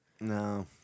No